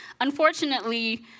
unfortunately